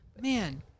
Man